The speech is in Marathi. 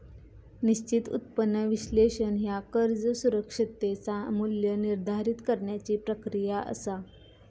निश्चित उत्पन्न विश्लेषण ह्या कर्ज सुरक्षिततेचा मू्ल्य निर्धारित करण्याची प्रक्रिया असा